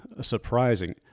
surprising